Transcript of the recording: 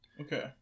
Okay